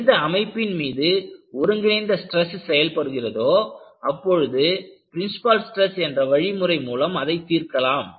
எந்த அமைப்பின் மீது ஒருங்கிணைந்த ஸ்ட்ரெஸ் செயல்படுகிறதோ அப்பொழுது பிரின்சிபால் ஸ்ட்ரெஸ் என்ற வழிமுறை மூலம் அதை தீர்க்கலாம்